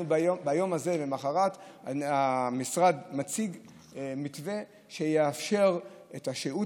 ביום הזה ולמוחרת המשרד מציג מתווה שיאפשר את השהות